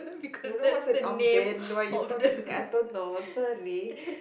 don't know what an armband what you talking I don't know